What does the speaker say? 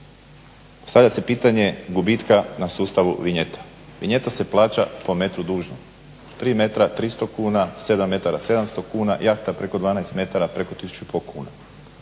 Postavlja se pitanje gubitka na sustavu vinjeta. Vinjeta se plaća po metru dužnom. 3 metra 300 kuna, 7 metara 700 kuna, jahta preko 12 metara preko tisuću i pol kuna.